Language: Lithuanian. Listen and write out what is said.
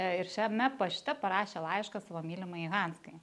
ir šiame pašte parašė laišką savo mylimajai hanskai